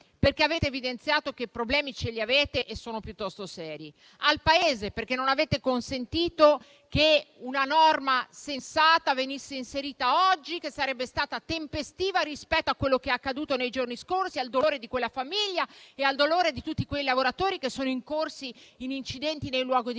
perché avete evidenziato che i problemi li avete e sono piuttosto seri; al Paese, perché non avete consentito che venisse inserita oggi una norma sensata, che sarebbe stata tempestiva rispetto a quello che è accaduto nei giorni scorsi, considerati il dolore di quella famiglia e quello di tutti quei lavoratori che sono incorsi in incidenti nei luoghi di lavoro.